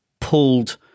pulled